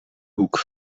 hoek